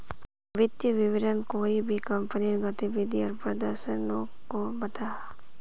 वित्तिय विवरण कोए भी कंपनीर गतिविधि आर प्रदर्शनोक को बताहा